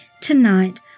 tonight